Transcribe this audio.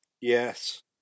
Yes